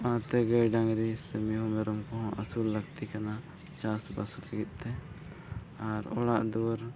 ᱚᱱᱟᱛᱮ ᱜᱟᱹᱭᱼᱰᱟᱝᱨᱤ ᱥᱮ ᱢᱤᱦᱩᱼᱢᱮᱨᱚᱢ ᱠᱚᱦᱚᱸ ᱟᱹᱥᱩᱞ ᱞᱟᱹᱠᱛᱤ ᱠᱟᱱᱟ ᱪᱟᱥᱵᱟᱥ ᱞᱟᱹᱜᱤᱫ ᱛᱮ ᱟᱨ ᱚᱲᱟᱜᱼᱫᱩᱣᱟᱹᱨ